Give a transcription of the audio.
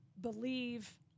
believe